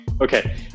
Okay